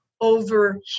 over